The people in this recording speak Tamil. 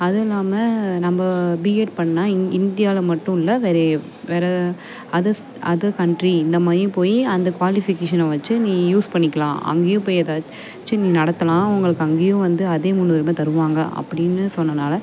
அதுவும் இல்லாமல் நம்ம பிஎட் பண்ணிணா இந் இந்தியாவில் மட்டும் இல்லை வேறு வேறு அதர்ஸ் அதர் கண்ட்ரி இந்தமாதிரியும் போய் அந்த குவாலிஃபிகேஷனை வச்சு நீ யூஸ் பண்ணிக்கலாம் அங்கேயும் போய் ஏதாச்சும் நீ நடத்தலாம் அவங்களுக்கு அங்கேயும் வந்து அதே முன்னுரிமை தருவாங்க அப்படின்னு சொன்னனால்